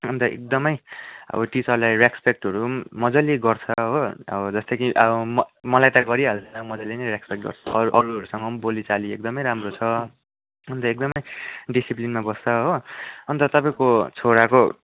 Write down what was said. अन्त एकदमै अब टिचरलाई रेस्पेक्टहरू पनि मज्जाले गर्छ हो अब जस्तो कि मलाई त गरिहाल्दैन मज्जाले नै रेस्पेक्ट गर्छ अरूहरूसँगम् बोली चाली एकदमै राम्रो छ अन्त एकदमै डिसिप्लिनमा बस्छ हो अन्त तपाईँको छोराको